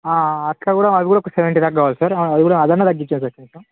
అట్లా కూడా అవి కూడా ఒక సెవెంటీ దాక కావాలి సార్ అవి కూడా అదన్న తగ్గించండి సార్ కొంచం